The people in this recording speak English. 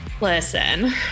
Listen